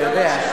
אתה יודע.